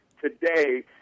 today